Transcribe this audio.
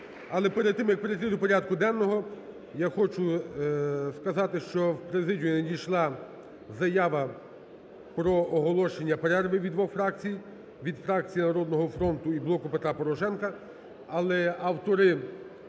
Але перед тим, як перейти до порядку денного, я хочу сказати, що в президію надійшла заява про оголошення перерви від двох фракцій: від фракції "Народного фронту" і "Блоку Петра Порошенка". Але автори